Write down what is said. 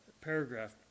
paragraph